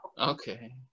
Okay